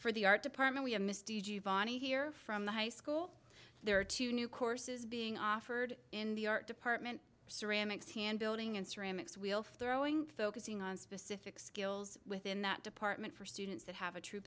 for the art department we have misty giovanni here from the high school there are two new courses being offered in the art department ceramics hand building and ceramics wheel throwing focusing on specific skills within that department for students that have a true